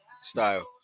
Style